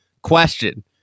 Question